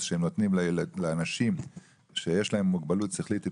שהם נותנים לאנשים שיש להם מוגבלות שכלית התפתחותית.